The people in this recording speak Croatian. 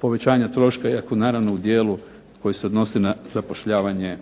povećanja troška iako naravno u dijelu koji se odnosi na zapošljavanje